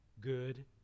good